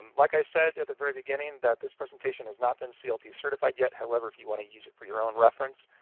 like i said at the very beginning, that this presentation has not been clp-certified yet however, if you want to use it for your own reference,